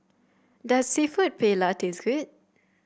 does seafood Paella taste good